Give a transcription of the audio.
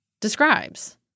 describes